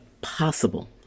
possible